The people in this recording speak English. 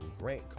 Grant